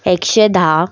एकशें धा